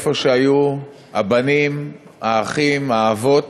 איפה שהיו הבנים, האחים, האבות,